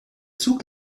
zug